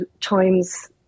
times